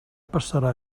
passarà